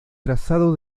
trazado